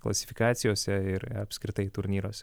klasifikacijose ir apskritai turnyruose